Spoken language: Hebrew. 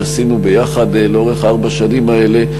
שעשינו יחד לאורך ארבע השנים האלה,